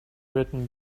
written